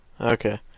Okay